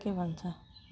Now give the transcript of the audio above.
के भन्छ